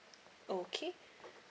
okay